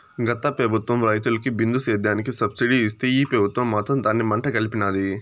గత పెబుత్వం రైతులకి బిందు సేద్యానికి సబ్సిడీ ఇస్తే ఈ పెబుత్వం మాత్రం దాన్ని మంట గల్పినాది